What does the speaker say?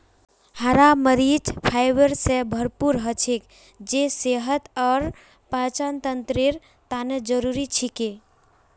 हरा मरीच फाइबर स भरपूर हछेक जे सेहत और पाचनतंत्रेर तने जरुरी छिके